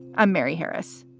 i'm mary harris.